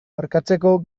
markatzeko